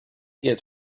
gets